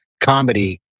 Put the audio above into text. comedy